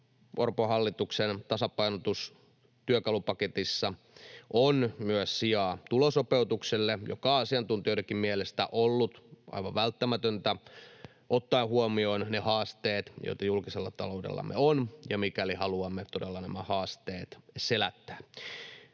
Orpon hallituksen tasapainotustyökalupaketissa on myös sijaa tulosopeutukselle, joka on asiantuntijoidenkin mielestä ollut aivan välttämätöntä ottaen huomioon ne haasteet, joita julkisella taloudellamme on, mikäli haluamme todella nämä haasteet selättää.